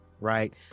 right